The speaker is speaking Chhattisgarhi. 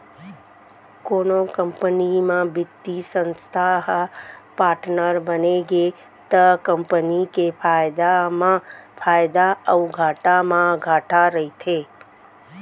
कोनो कंपनी म बित्तीय संस्था ह पाटनर बनगे त कंपनी के फायदा म फायदा अउ घाटा म घाटा सहिथे